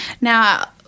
Now